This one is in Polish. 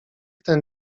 ten